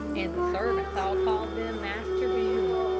and the servants all called them master bijou,